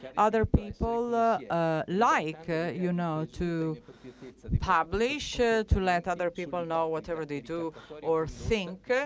other people ah ah like you know to publish, ah to let other people know whatever they do or think.